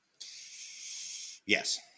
Yes